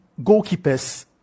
goalkeepers